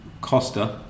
Costa